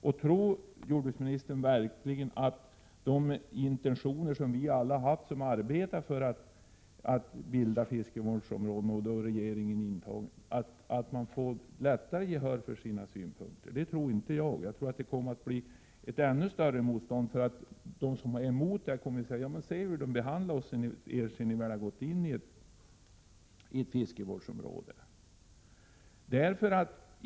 Tror jordbruksministern verkligen att man mot bakgrund av de intentioner som vi alla haft när det gäller arbetet med att bilda fiskevårdsom råden — och där är regeringen inräknad —-i framtiden kommer att ha lättare att få gehör för sina synpunkter? Det tror inte jag. Jag tror att det blir ett ännu större motstånd, eftersom de som är emot områdena kan säga: Se hur de kommer att behandla er sedan ni väl har gått in i ett fiskevårdsområde!